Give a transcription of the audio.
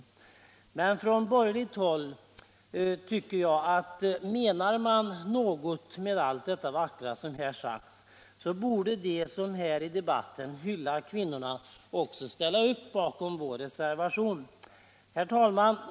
Men om man på borgerligt håll menar något med allt det vackra som har sagts om detta, bör de som här i debatten hyllat kvinnorna ställa upp bakom vår reservation. Herr talman!